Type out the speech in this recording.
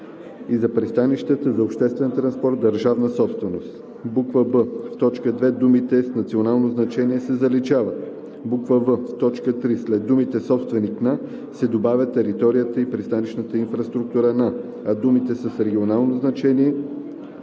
и за пристанища за обществен транспорт – държавна собственост“; б) в т. 2 думите „с национално значение“ се заличават; в) в т. 3 след думите „собственик на“ се добавя „територията и пристанищната инфраструктура на“, а думите „с регионално значение“